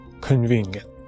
Convenient